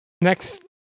next